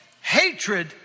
hatred